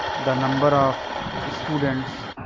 the number of students